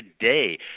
today